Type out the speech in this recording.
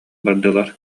бардылар